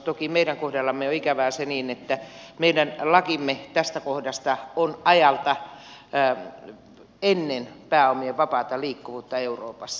toki meidän kohdallamme on ikävää se että meidän lakimme tästä kohdasta on ajalta ennen pääomien vapaata liikkuvuutta euroopassa